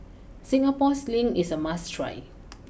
Singapore sling is a must try